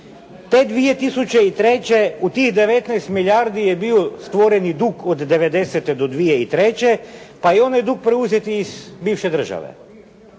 Te 2003. u tih 19 milijardi je bio stvoreni dug od '90. do 2003., pa je onaj dug preuzeti iz bivše države,